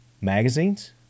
magazines